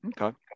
Okay